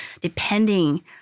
depending